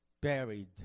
buried